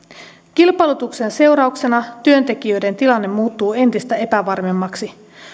kilpailutuksen seurauksena työntekijöiden tilanne muuttuu entistä epävarmemmaksi